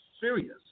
serious